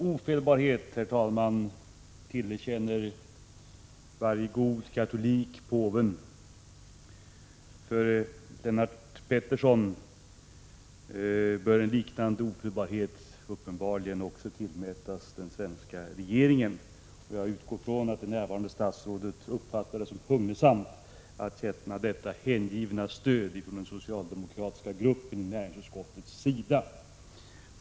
Herr talman! Varje god katolik tillerkänner påven ofelbarhet. Enligt Lennart Pettersson bör en liknande ofelbarhet uppenbarligen tillmätas den svenska regeringen. Jag utgår från att det i kammaren närvarande statsrådet uppfattar det som hugnesamt att känna detta hängivna stöd från den socialdemokratiska gruppen inom näringsutskottet. Herr talman!